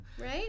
Right